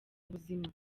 ubuzima